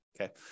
okay